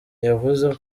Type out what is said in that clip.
yavuze